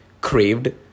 craved